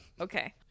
okay